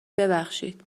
ببخشید